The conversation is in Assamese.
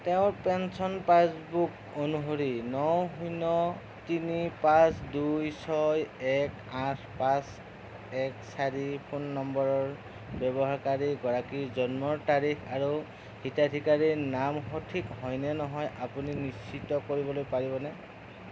তেওঁৰ পেঞ্চন পাছবুক অনুসৰি ন শূন্য তিনি পাঁচ দুই ছয় এক আঠ পাঁচ এক চাৰি ফোন নম্বৰৰ ব্যৱহাৰকাৰী গৰাকীৰ জন্মৰ তাৰিখ আৰু হিতাধিকাৰীৰ নাম সঠিক হয় নে নহয় আপুনি নিশ্চিত কৰিবলৈ পাৰিবনে